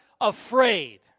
Afraid